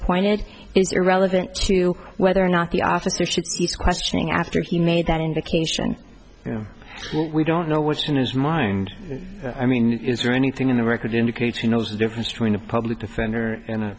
appointed is irrelevant to whether or not the officers questioning after he made that indication you know we don't know what's in his mind i mean is there anything in the record indicates he knows the difference between a public defender and